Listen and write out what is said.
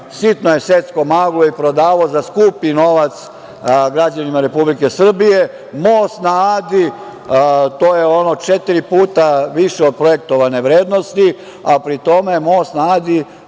sitno je seckao maglu i prodavao za skupi novac građanima Republike Srbije. Most na Adi, to je ono četiri puta više od projektovane vrednosti, a pri tome most na Adi